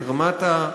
את רמת,